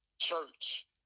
church